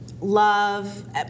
Love